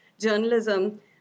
journalism